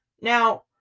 Now